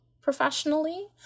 professionally